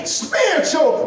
spiritual